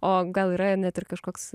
o gal yra ne tik kažkoks